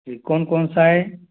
जी कौन कौन सा है